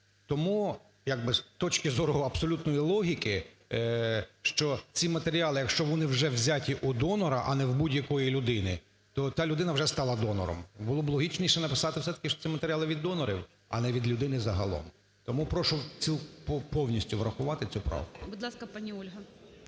Тому як би з точки зору абсолютної логіки, що ці матеріали, якщо вони вже взяті у донора, а в не будь-якої людини, то та людина вже стала донором. Було б логічніше все-таки написати, що ці матеріали від донорів, а не від людини загалом. Тому прошу повністю врахувати цю правку.